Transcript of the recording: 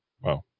Wow